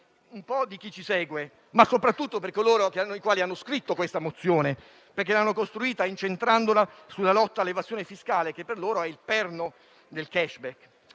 di chi ci segue, ma soprattutto di coloro i quali hanno scritto questa mozione, perché l'hanno costruita incentrandola sulla lotta all'evasione fiscale che per loro è il perno del *cashback*.